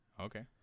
Okay